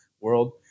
world